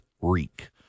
reek